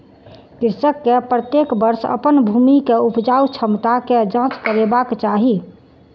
कृषक के प्रत्येक वर्ष अपन भूमि के उपजाऊ क्षमता के जांच करेबाक चाही